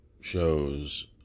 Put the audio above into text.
shows